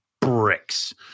bricks